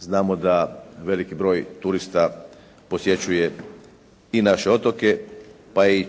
znamo da veliki broj turista posjećuje i naše otoke pa je